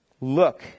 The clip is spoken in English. Look